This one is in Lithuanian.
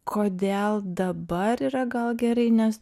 kodėl dabar yra gal gerai nes